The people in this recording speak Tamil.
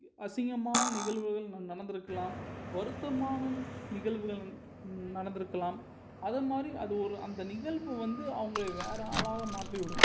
அசிங்கமான நிகழ்வுகள் நடந்திருக்கலாம் வருத்தமான நிகழ்வுகள் நடந்திக்கலாம் அதன் மாதிரி அது ஒரு அந்த நிகழ்வு வந்து அவங்களை வேற ஆளாக மாற்றி விடும்